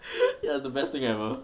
the best thing ever